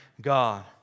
God